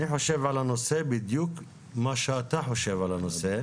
אני חושב על הנושא בדיוק מה שאתה חושב על הנושא.